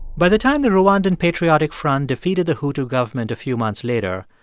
by the time the rwandan patriotic front defeated the hutu government a few months later,